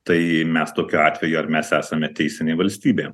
tai mes tokiu atveju ar mes esame teisinė valstybė